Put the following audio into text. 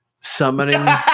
summoning